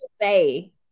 say